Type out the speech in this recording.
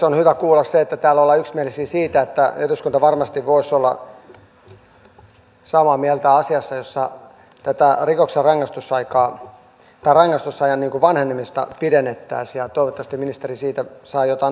on hyvä kuulla se että täällä ollaan yksimielisiä siitä että eduskunta varmasti voisi olla samaa mieltä asiassa jossa tätä rikoksen rangaistusajan vanhenemista pidennettäisiin ja toivottavasti ministeri siitä saa jotain aikaiseksi